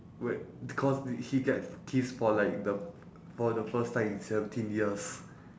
wait d~ cause did he get piss for like the for the first time in seventeen years